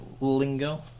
lingo